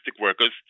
workers